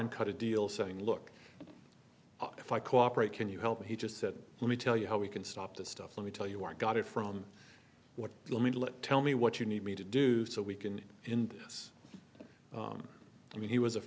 and cut a deal saying look if i cooperate can you help me he just said let me tell you how we can stop this stuff let me tell you i got it from what you let me tell me what you need me to do so we can in this i mean he was